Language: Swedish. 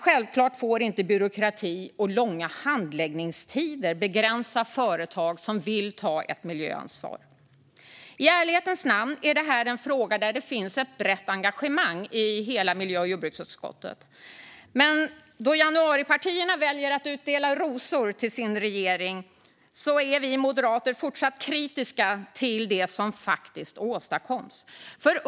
Självklart får inte byråkrati och långa handläggningstider begränsa företag som vill ta ett miljöansvar. I ärlighetens namn är det här en fråga där det finns ett brett engagemang i hela miljö och jordbruksutskottet. Men då januaripartierna väljer att dela ut rosor till sin regering är vi moderater fortsatt kritiska till det som faktiskt åstadkoms.